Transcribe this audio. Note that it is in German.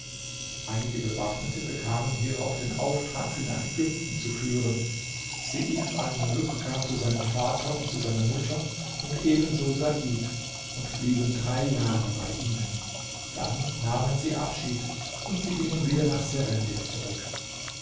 einige bewaffnete bekamen hierauf den auftrag sie nach ägypten zu führen seif almuluk kam zu seinem vater und zu seiner mutter und ebenso said und blieben drei jahre bei ihnen dann nahmen sie abschied und sie gingen wieder nach seredib zurück